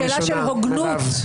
אני קורא אותך לסדר פעם ראשונה, מרב.